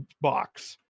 box